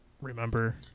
remember